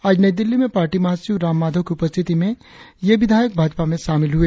आज नई दिल्ली में पार्टी महासचिव राम माधव की उपस्थिति में ये विधायक भाजपा में शामिल हुए